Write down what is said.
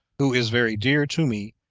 who is very dear to me,